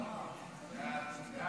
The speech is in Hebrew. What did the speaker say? ההצעה